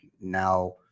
now